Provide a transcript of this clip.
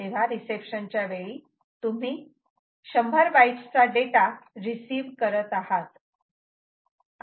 तेव्हा रिसेप्शन च्या वेळी तुम्ही 100 बाईट्स डेटा रिसीव्ह करत आहात